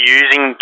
using